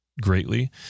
greatly